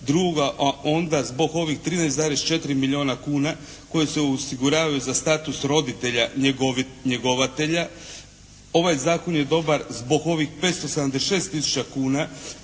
a onda zbog ovih 13,4 milijuna kuna koje se osiguravaju za status roditelja njegovatelja. Ovaj zakon je dobar zbog ovih 576 tisuća kuna